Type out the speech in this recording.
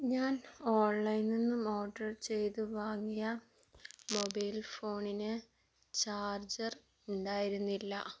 ഞാൻ ഓൺലൈനിൽനിന്നും ഓർഡർ ചെയ്ത് വാങ്ങിയ മൊബൈൽ ഫോണിന് ചാർജർ ഉണ്ടായിരുന്നില്ല